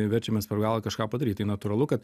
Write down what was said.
verčiamės per galvą kažką padaryt tai natūralu kad